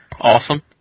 Awesome